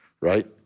Right